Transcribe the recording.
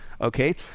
okay